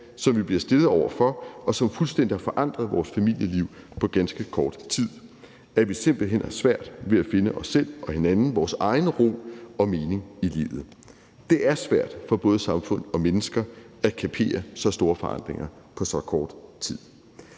som vi bliver stillet over for, og som fuldstændig har forandret vores familieliv på ganske kort tid; at vi simpelt hen har svært ved at finde os selv og hinanden, vores egen ro og mening med livet. Det er svært for både samfund og mennesker at kapere så store forandringer på så kort tid.